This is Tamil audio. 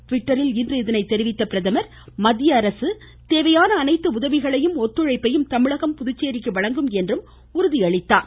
ட்விட்டரில் இன்று இதனை தெரிவித்த பிரதமர் மத்திய அரசு தேவையான அனைத்து உதவிகளையும் ஒத்துழைப்பையும் தமிழகம் புதுச்சேரிக்கு வழங்கும் என்று உறுதியளித்தார்